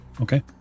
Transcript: Okay